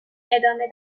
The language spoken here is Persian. ادامه